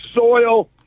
soil